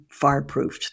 fireproofed